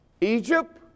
Egypt